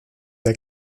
der